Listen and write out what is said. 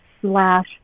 slash